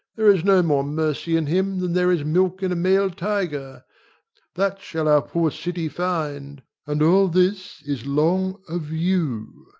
there is no more mercy in him than there is milk in a male tiger that shall our poor city find and all this is long of you.